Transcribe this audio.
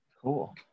Cool